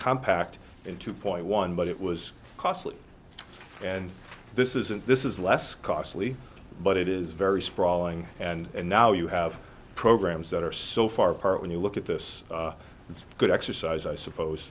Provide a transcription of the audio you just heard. compact in two point one but it was costly and this isn't this is less costly but it is very sprawling and now you have programs that are so far apart when you look at this it's good exercise i suppose